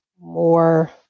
more